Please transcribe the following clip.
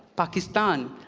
pakistan,